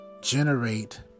generate